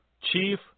Chief